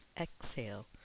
exhale